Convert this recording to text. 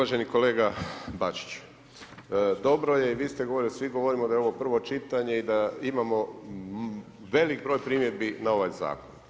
Uvaženi kolega Bačić, dobro je i vi ste govorili, svi govorimo, da je ovo prvo čitanje i da imamo veliki broj primjedbi na ovaj zakon.